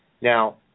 Now